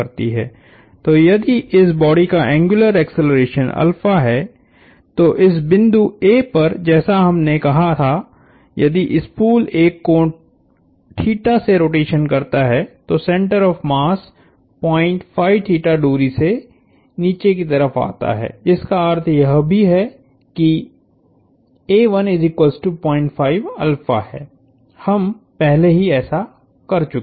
तो यदि इस बॉडी का एंग्युलर एक्सेलरेशन है तो इस बिंदु A पर जैसा हमने कहा था यदि स्पूल एक कोण से रोटेशन करता है तो सेंटर ऑफ़ मास दूरी से नीचे की तरफ आता है जिसका अर्थ यह भी है किहै हम पहले ही ऐसा कर चुके हैं